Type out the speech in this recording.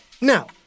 Now